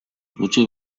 gutxi